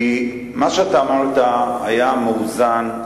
כי מה שאתה אמרת היה מאוזן,